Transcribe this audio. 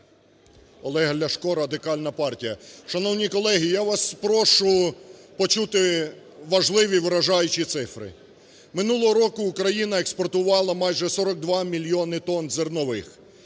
Олег Ляшко, Радикальна партія. Шановні колеги, я вас прошу почути важливі, вражаючі цифри. Минуло року Україна експортувала майже 42 мільйони тонн зернових,